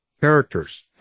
characters